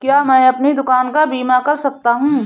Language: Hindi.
क्या मैं अपनी दुकान का बीमा कर सकता हूँ?